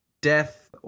death